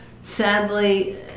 sadly